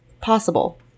possible